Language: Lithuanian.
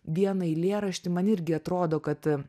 vieną eilėraštį man irgi atrodo kad